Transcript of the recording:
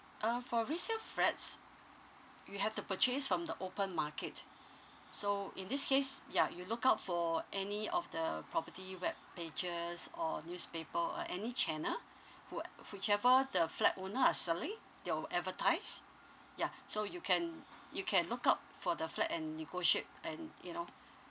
uh for resale flats you have to purchase from the open market so in this case ya you look out for any of the property web pages or newspaper or any channel whi~ whichever the flat would not necessarily they will advertise yeah so you can you can look out for the flat and negotiate and you know